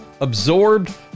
absorbed